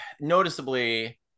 noticeably